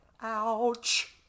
Ouch